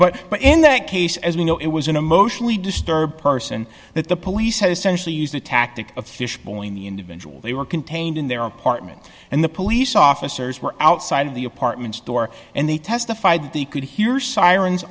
but but in that case as we know it was an emotionally disturbed person that the police had essentially used the tactic of fishbowl in the individual they were contained in their apartment and the police officers were outside of the apartments door and they testified that they could hear sirens